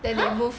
!huh!